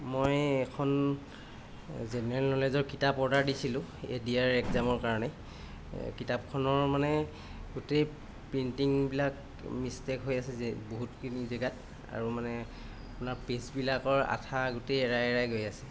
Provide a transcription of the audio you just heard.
মই এখন জেনেৰেল নলেজৰ কিতাপ অৰ্ডাৰ দিছিলোঁ এ ডি আৰ এক্সামৰ কাৰণে কিতাপখনৰ মানে গোটেই প্ৰিণ্টিংবিলাক মিষ্টেক হৈ আছে বহুতখিনি জেগাত আৰু মানে আপোনাৰ পেজবিলাকৰ আঠা গোটেই এৰাই এৰাই গৈ আছে